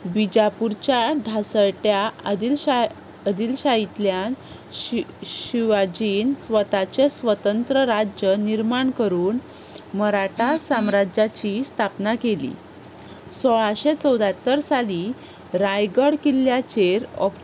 बिजापुरच्या धासळत्या आदीलशाह आदिलशाहींतल्यान शि शिवाजीन स्वताचें स्वतंत्र राज्य निर्माण करून मराठा साम्राज्याची स्थापना केली सोळाशें चवद्यात्तर साली रायगढ किल्ल्याचेर औप